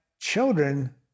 children